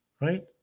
right